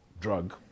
drug